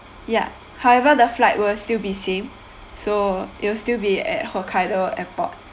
ya however the flight will still be same so it'll still be at hokkaido airport